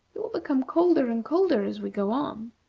it will become colder and colder as we go on.